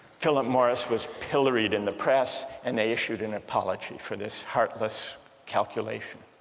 philip morris was pilloried in the press and they issued an apology for this heartless calculation